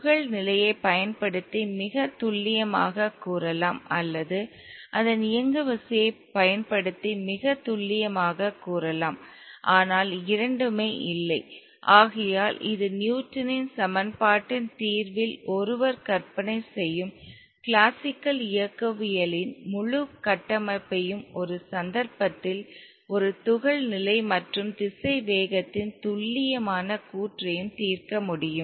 துகள் நிலையைப் பயன்படுத்தி மிகத் துல்லியமாகக் கூறலாம் அல்லது அதன் இயங்குவிசையை பயன்படுத்தி மிகத் துல்லியமாகக் கூறலாம் ஆனால் இரண்டுமே இல்லை ஆகையால் இது நியூட்டனின் சமன்பாட்டின் தீர்வில் ஒருவர் கற்பனை செய்யும் கிளாசிக்கல் இயக்கவியலின் முழு கட்டமைப்பையும் ஒரு சந்தர்ப்பத்தில் ஒரு துகள் நிலை மற்றும் திசைவேகத்தின் துல்லியமான கூற்றையும் தீர்க்க முடியும்